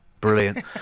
Brilliant